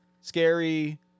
scary